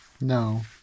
no